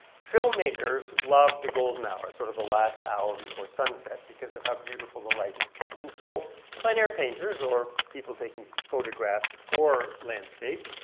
filmmakers love the golden hour, sort of, the last hour before sunset because of how beautiful the light is and so plein air painters, or people taking photographs for landscape,